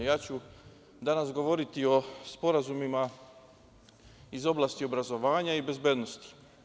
Danas ću govoriti o sporazumima iz oblasti obrazovanja i bezbednosti.